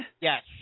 Yes